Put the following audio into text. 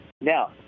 Now